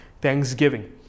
thanksgiving